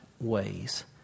ways